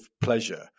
pleasure